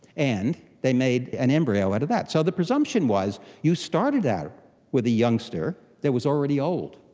and they made an embryo out of that. so the presumption was you started out with the youngster that was already old.